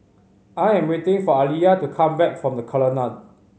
I am waiting for Aliya to come back from The Colonnade